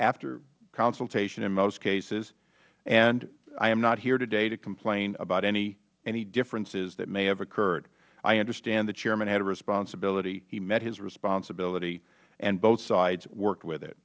after consultation in most cases and i am not here today to complain about any differences that may have occurred i understand the chairman had a responsibility he met his responsibility and both sides worked with it